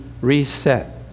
reset